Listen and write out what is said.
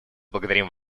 благодарим